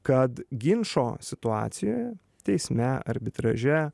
kad ginčo situacijoje teisme arbitraže